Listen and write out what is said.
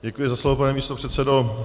Děkuji za slovo, pane místopředsedo.